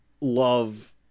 love